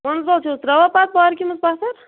کنٛزوٚل چھِو حظ ترٛاوان پَتہٕ پارکہِ منٛز پَتھر